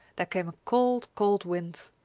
there came a cold, cold wind.